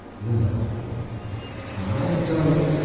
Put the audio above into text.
well i don't,